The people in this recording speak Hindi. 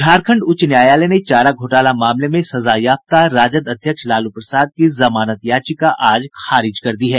झारखंड उच्च न्यायालय ने चारा घोटाला मामले में सजायाफ्ता राजद अध्यक्ष लालू प्रसाद की जमानत याचिका आज खारिज कर दी है